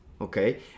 okay